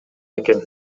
экен